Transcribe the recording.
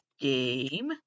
game